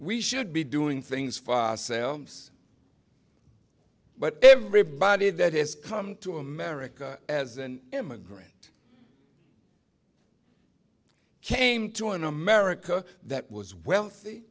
we should be doing things for ourselves but everybody that has come to america as an immigrant came to an america that was wealthy